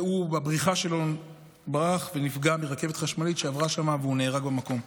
והוא ברח ונפגע מרכבת חשמלית שעברה שם והוא נהרג במקום.